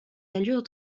allure